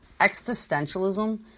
Existentialism